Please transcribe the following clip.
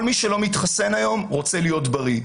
כל מי שלא מתחסן היום רוצה להיות בריא.